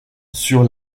sur